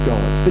God